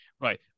Right